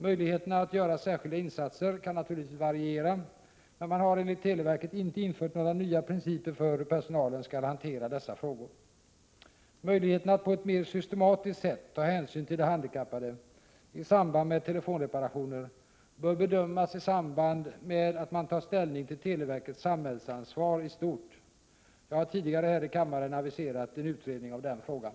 Möjligheterna att göra särskilda insatser kan naturligtvis variera, men man har enligt televerket inte infört några nya principer för hur personalen skall hantera dessa frågor. Möjligheterna att på ett mer systematiskt sätt ta hänsyn till de handikappade i samband med telefonreparationer bör bedömas i samband med att man tar ställning till televerkets samhällsansvar i stort. Jag har tidigare här i kammaren aviserat en utredning av den frågan.